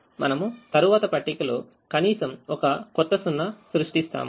అందువల్లమనము తరువాత పట్టికలో కనీసం ఒక కొత్త 0 సృష్టిస్తాము